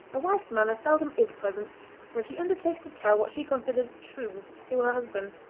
a wife's manner seldom is pleasant when she undertakes to tell what she considers truths to her husband.